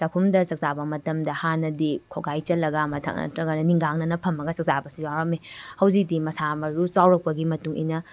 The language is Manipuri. ꯆꯥꯛꯈꯨꯝꯗ ꯆꯥꯛꯆꯥꯕ ꯃꯇꯝꯗ ꯍꯥꯟꯅꯗꯤ ꯈꯣꯡꯒ꯭ꯔꯥꯏ ꯆꯜꯂꯒ ꯃꯊꯛ ꯅꯠꯇ꯭ꯔꯒꯅ ꯅꯤꯡꯒꯥꯡꯅꯅ ꯐꯝꯃꯒ ꯆꯥꯛ ꯆꯥꯕꯁꯨ ꯌꯥꯎꯔꯝꯃꯤ ꯍꯧꯖꯤꯛꯇꯤ ꯃꯁꯥ ꯃꯔꯨ ꯆꯥꯎꯔꯛꯄꯒꯤ ꯃꯇꯨꯡꯏꯟꯅ